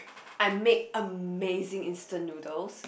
I make amazing instant noodles